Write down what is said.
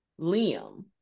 Liam